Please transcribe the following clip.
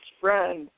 friend